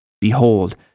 Behold